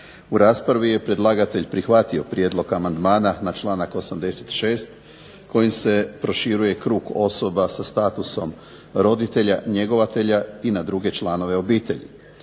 U raspravi je predlagatelj prihvatio prijedlog amandmana na članak 86. kojim se proširuje krug osoba sa statusom roditelja-njegovatelja i na druge članove obitelji.